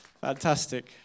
Fantastic